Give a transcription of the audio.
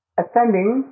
ascending